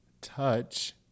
Touch